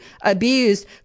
abused